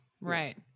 Right